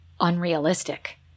unrealistic